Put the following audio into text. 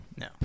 No